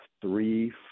three